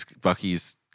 Bucky's